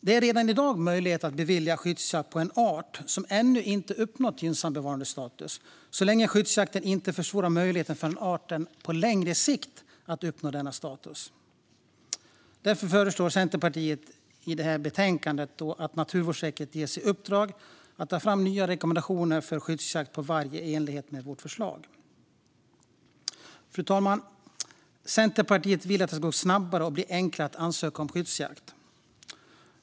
Det är redan i dag möjligt att bevilja skyddsjakt på en art som ännu inte har uppnått gynnsam bevarandestatus så länge skyddsjakten inte försvårar möjligheten för arten att på längre sikt uppnå denna status. Därför föreslår Centerpartiet i detta betänkande att Naturvårdsverket ges i uppdrag att ta fram nya rekommendationer för skyddsjakt på varg i enlighet med vårt förslag. Fru talman! Centerpartiet vill att det ska gå snabbare och bli enklare att ansöka om skyddsjakt.